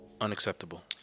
Unacceptable